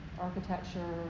architecture